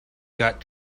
got